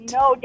no